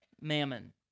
mammon